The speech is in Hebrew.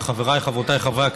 הבטיחו לי